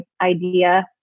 idea